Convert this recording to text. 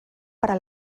para